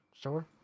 Sure